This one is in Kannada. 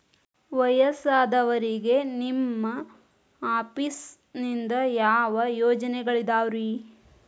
ವಯಸ್ಸಾದವರಿಗೆ ನಿಮ್ಮ ಆಫೇಸ್ ನಿಂದ ಯಾವ ಯೋಜನೆಗಳಿದಾವ್ರಿ?